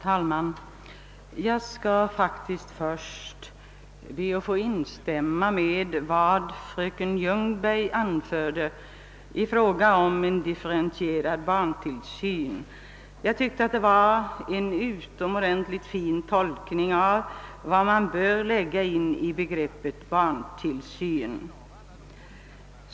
Herr talman! Jag skall faktiskt allra först be att få instämma i vad fröken Ljungberg anförde i fråga om en differentierad barntillsyn; jag tyckte att det var en utomordentligt fin tolkning av vad man bör lägga in i begreppet barntillsyn.